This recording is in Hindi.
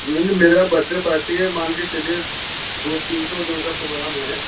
नहीं नहीं मेरे यहाँ बड्डे पार्टी है मान कर चलिए दो तीन सौ जन का प्राेग्राम है